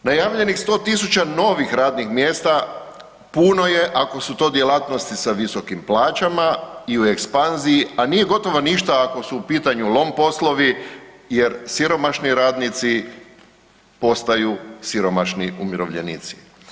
Najavljenih 100 000 novih radnih mjesta, puno je ako su to djelatnosti sa visokim plaćama i u ekspanziji a nije gotovo ništa ako su u pitanju lom poslovi jer siromašni radnici, postaju siromašni umirovljenici.